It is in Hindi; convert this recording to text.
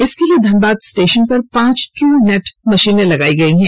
इसके लिए धनबाद स्टेशन पर पांच ट्रू नेट मशीनें लगायी गयी हैं